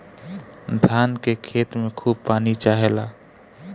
धान के खेत में खूब पानी चाहेला